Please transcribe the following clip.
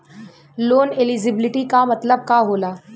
Loan eligibility का मतलब का होला?